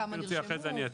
כמה נרשמו,